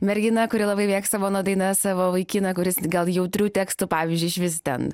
mergina kuri labai mėgsta mano dainas savo vaikiną kuris gal jautrių tekstų pavyzdžiui išvis ten